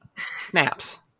snaps